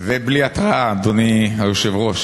זה בלי התראה, אדוני היושב-ראש.